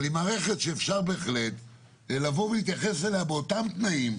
אבל היא מערכת שאפשר בהחלט לבוא ולהתייחס אליה באותם תנאים,